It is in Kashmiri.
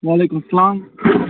وعلیکُم السلام